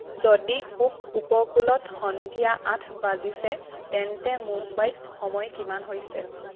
যদি পূব উপকূলত সন্ধিয়া আঠ বাজিছে তেন্তে মুম্বাইত সময় কিমান হৈছে